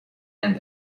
and